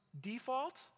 default